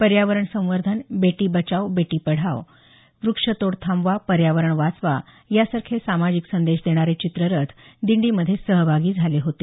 पर्यावरण संवर्धन बेटी बचाव बेटी पढाव वृक्षतोड थांबवा पर्यावरण वाचवा यासारखे सामाजिक संदेश देणारे चित्ररथ दिंडी मध्ये सहभागी झाले होते